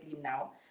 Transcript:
now